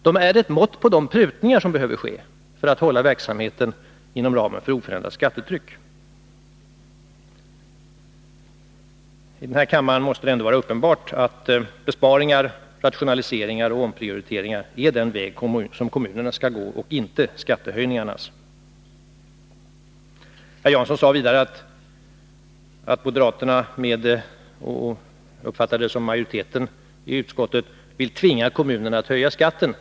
De är ett mått på de prutningar som behöver ske för att hålla verksamheten inom ramen för oförändrat skattetryck. I den här kammaren måste det ändå vara uppenbart att den väg som kommunerna skall gå är besparingarnas, rationaliseringarnas och omprioriteringarnas väg, och inte skattehöjningarnas. Herr Jansson sade vidare att moderaterna — och, som jag uppfattade det, majoriteten i utskottet — vill tvinga kommunerna att höja skatten.